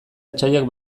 etsaiak